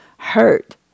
hurt